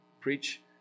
preach